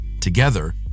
Together